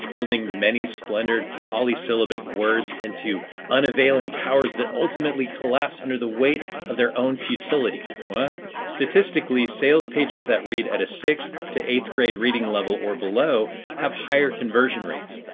building many-splendored, polysyllabic words into unavailing towers that ultimately collapse under the weight of their own futility. but statistically, sales pages that read at a sixth eighth grade reading level or below have higher conversion rates.